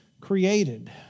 created